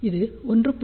இது 1